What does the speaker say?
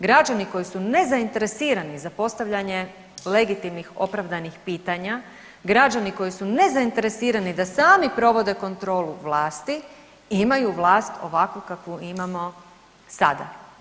Građani koji su nezainteresirani za postavljenje legitimnih opravdanih pitanja, građani koji su nezainteresirani da sami provode kontrolu vlasti imaju vlast ovakvu kakvu imamo sada.